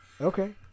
Okay